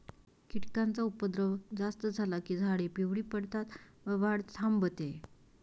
कीटकांचा उपद्रव जास्त झाला की झाडे पिवळी पडतात व वाढ थांबते